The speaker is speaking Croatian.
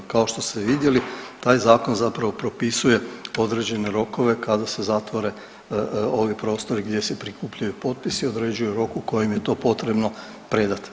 Kao što ste vidjeli taj zakon zapravo propisuje određene rokove kada se zatvore ovi prostori gdje se prikupljaju potpisi i određuje rok u kojem je to potrebno predati.